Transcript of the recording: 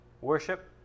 worship